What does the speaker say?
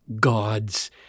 gods